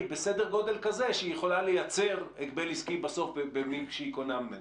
בסדר גודל כזה שהיא יכולה לייצר הגבל עסקי בסוף כשהיא קונה ממנו.